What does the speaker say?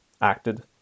acted